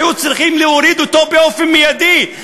היו צריכים "להוריד" אותו באופן מיידי,